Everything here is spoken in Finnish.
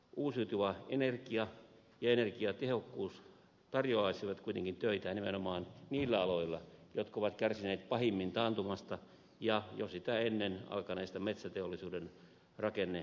uusiutuva energia ja energiatehokkuus tarjoaisivat kuitenkin töitä nimenomaan niillä aloilla jotka ovat kärsineet pahimmin taantumasta ja jo sitä ennen alkaneesta metsäteollisuuden rakennemuutoksesta